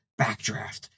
Backdraft